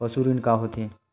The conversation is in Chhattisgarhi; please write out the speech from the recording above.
पशु ऋण का होथे?